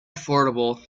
affordable